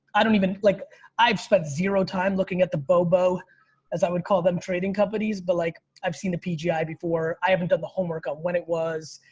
i don't even, like i've spent zero time looking at the bobo as i would call them trading companies. but like, i've seen the pgi before. i haven't done the homework on when it was,